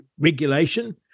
regulation